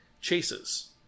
chases